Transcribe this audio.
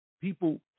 People